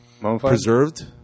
preserved